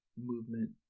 movement